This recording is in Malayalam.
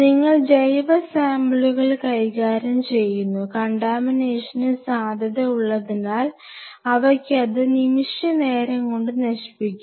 നിങ്ങൾ ജൈവ സാമ്പിളുകൾ കൈകാര്യം ചെയ്യുന്നു കണ്ടാമിനേഷന് സാധ്യത ഉള്ളതിനാൽ അവയ്ക്കതു നിമിഷ നേരം കൊണ്ട് നശിപ്പിക്കാം